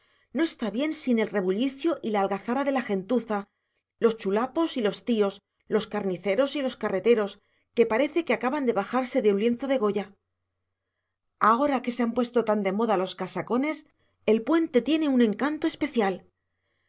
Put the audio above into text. no está bien sin el rebullicio y la algazara de la gentuza los chulapos y los tíos los carniceros y los carreteros que parece que acaban de bajarse de un lienzo de goya ahora que se han puesto tan de moda los casacones el puente tiene un encanto especial